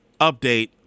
update